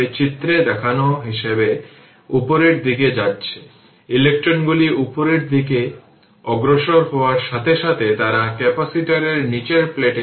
তাই যে r পরে DC ট্রানজিয়েন্ট কমপ্লিট করার পর সিঙ্গেল ফেজ সার্কিটের জন্য যাবে সেই সময়ে আরও অনেক কিছু জানতে পারবে